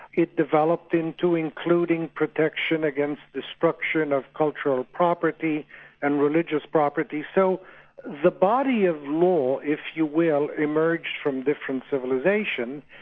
it developed into including protection against destruction of cultural property and religious property, so the body of law, if you will, emerged from different civilisations,